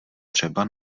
třeba